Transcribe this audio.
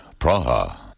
Praha